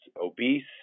obese